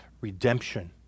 redemption